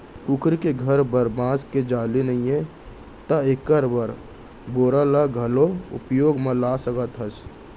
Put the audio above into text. कुकरी के घर बर बांस के जाली नइये त एकर बर बोरा ल घलौ उपयोग म ला सकत हस